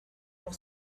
off